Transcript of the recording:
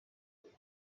tot